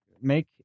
make